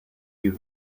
you